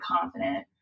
confident